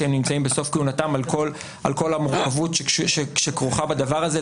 שהם נמצאים בסוף כהונתם על כל המורכבות שכרוכה בדבר הזה,